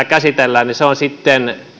käsitellään on sitten